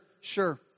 sure